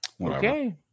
Okay